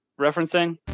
referencing